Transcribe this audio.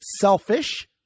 selfish